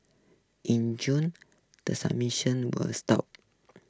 in June the were stopped